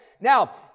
Now